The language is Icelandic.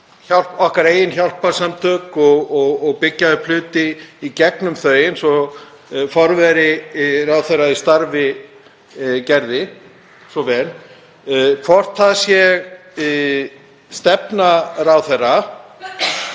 okkar eigin hjálparsamtök og byggja upp hluti í gegnum þau eins og forveri ráðherra í starfi gerði svo vel, hvort það sé stefna